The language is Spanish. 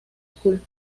school